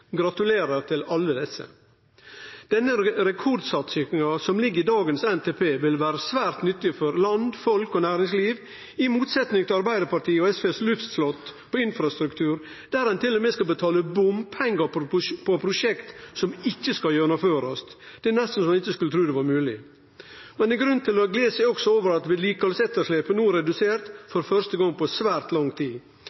Gratulerer til alle desse! Denne rekordsatsinga som ligg i dagens NTP, vil vere svært nyttig for land, folk og næringsliv, i motsetning til Arbeidarpartiet og SV sitt luftslott på infrastruktur, der ein til og med skal betale bompengar på prosjekt som ikkje skal gjennomførast. Det er nesten så ein ikkje skulle tru det var mogleg. Det er grunn til å gle seg over at vedlikehaldsetterslepet no er redusert,